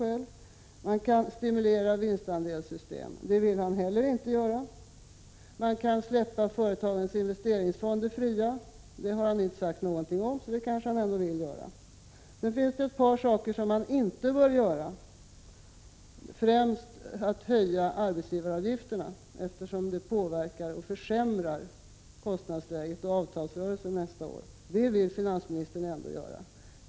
Vidare kan man stimulera vinstandelssystem, men det vill han inte heller göra. Sedan kan man frisläppa företagens investeringsfonder. Det har han inte sagt någonting om, så det vill han kanske göra. Sedan finns det ett par saker som man inte bör göra. Först och främst bör man inte höja arbetsgivaravgifterna, eftersom en höjning skulle försämra kostnadsläget och försvåra avtalsrörelsen nästa år. Det vill finansministern ändå göra.